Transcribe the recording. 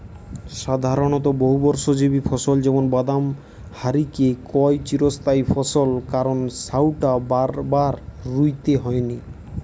সাধারণত বহুবর্ষজীবী ফসল যেমন বাদাম হারিকে কয় চিরস্থায়ী ফসল কারণ সউটা বারবার রুইতে হয়নি